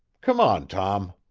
come on, tom.